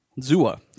Zua